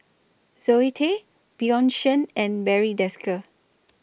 Zoe Tay Bjorn Shen and Barry Desker